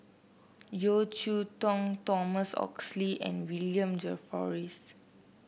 Yeo Cheow Tong Thomas Oxley and William Jervois